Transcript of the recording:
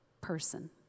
person